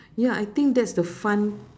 ya I think that's the fun